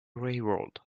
railroad